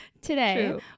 today